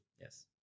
Yes